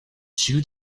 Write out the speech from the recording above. chew